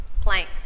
Plank